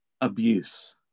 abuse